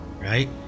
right